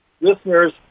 listeners